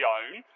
own